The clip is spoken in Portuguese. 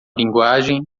linguagem